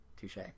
Touche